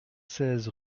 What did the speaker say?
seize